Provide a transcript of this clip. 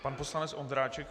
Pan poslanec Ondráček.